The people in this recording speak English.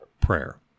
prayer